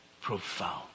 profound